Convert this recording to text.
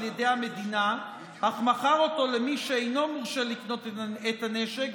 ידי המדינה אך מכר אותו למי שאינו מורשה לקנות את הנשק,